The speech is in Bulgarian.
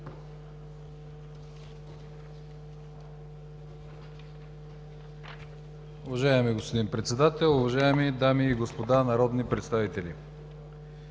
Уважаеми господин Председател, уважаеми дами и господа народни представители!